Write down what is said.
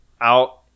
out